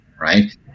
right